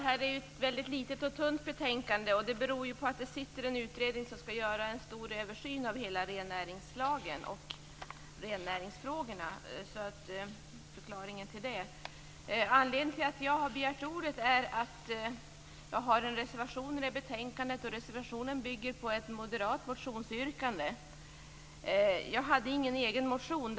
Herr talman! Betänkandet är tunt. Det beror på att det sitter en utredning som skall göra en stor översyn av hela rennäringslagen och rennäringsfrågorna. Anledningen till att jag begärt ordet är att jag har en reservation i detta betänkande. Reservationen bygger på ett moderat motionsyrkande. Jag har ingen egen motion.